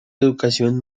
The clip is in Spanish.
educación